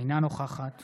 אינה נוכחת